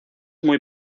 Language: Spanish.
muy